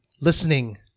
listening